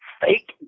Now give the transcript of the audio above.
fake